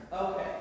Okay